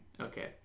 Okay